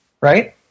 Right